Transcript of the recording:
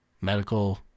Medical